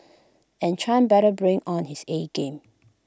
and chan better bring on his A game